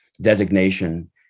designation